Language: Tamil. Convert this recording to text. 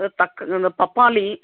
தக் இந்த பப்பாளி